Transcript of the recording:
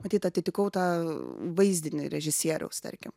matyt atitikau tą vaizdinį režisieriaus tarkim